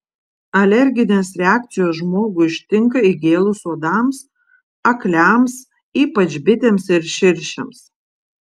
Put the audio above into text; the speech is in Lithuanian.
alerginės reakcijos žmogų ištinka įgėlus uodams akliams ypač bitėms ir širšėms